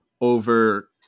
over